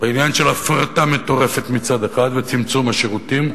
בעניין של הפרטה מטורפת מצד אחד וצמצום השירותים.